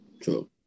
true